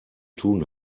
tun